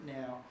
now